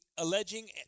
Alleging